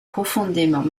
profondément